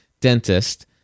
dentist